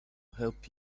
help